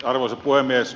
arvoisa puhemies